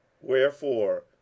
Wherefore